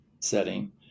setting